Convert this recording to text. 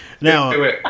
Now